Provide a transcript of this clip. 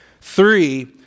Three